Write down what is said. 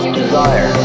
desire